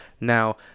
now